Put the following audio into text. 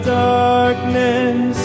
darkness